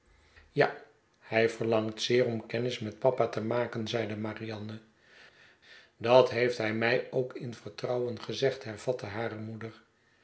ja hij verlangt zeer om kennis met papa te maken zeide marianne dat heeft hij mij ook in vertrouwen gezegd hervatte hare moeder